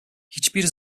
hiçbir